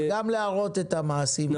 אבל גם להראות את המעשים הטובים.